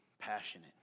passionate